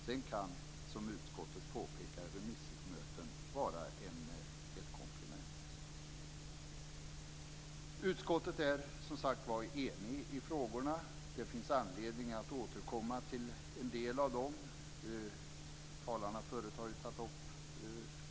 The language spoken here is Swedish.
Sedan kan remissmöten, som utskottet påpekar, vara ett komplement. Utskottet är, som sagt var, enigt i frågorna. Det finns anledning att återkomma till en del av dem. Talarna har ju förut tagit upp andra saker.